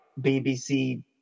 BBC